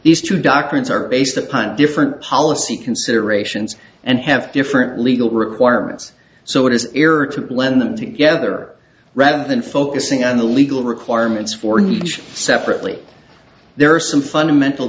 these two doctrines are based upon different policy considerations and have different legal requirements so it is error to blend them together rather than focusing on the legal requirements for huge separately there are some fundamental